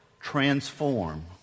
transform